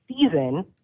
season